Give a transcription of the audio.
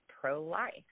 pro-life